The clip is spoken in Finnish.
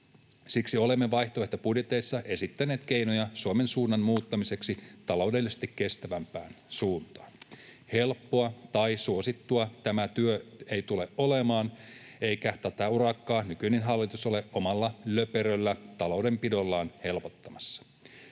Siksi olemme vaihtoehtobudjeteissa esittäneet keinoja Suomen suunnan muuttamiseksi taloudellisesti kestävämpään suuntaan. Helppoa tai suosittua tämä työ ei tule olemaan, eikä tätä urakkaa nykyinen hallitus ole omalla löperöllä taloudenpidollaan helpottamassa,